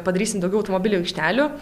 padarysim daugiau automobilių aikštelių